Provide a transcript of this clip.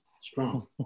Strong